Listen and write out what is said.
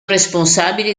responsabili